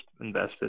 invested